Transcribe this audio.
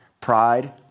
Pride